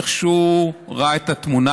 איך שהוא ראה את התמונה.